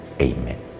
Amen